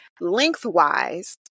lengthwise